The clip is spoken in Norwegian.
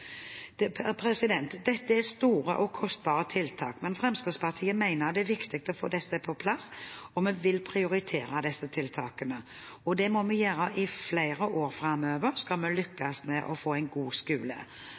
Dette er store og kostbare tiltak, men Fremskrittspartiet mener det er viktig å få disse på plass. Vi vil prioritere disse tiltakene. Og det må vi gjøre i flere år framover, skal vi lykkes med å få en god skole.